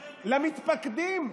למתפקדים.